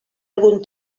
algun